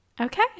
okay